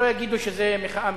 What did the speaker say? שלא יגידו שזאת מחאה מפלגתית.